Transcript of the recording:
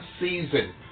season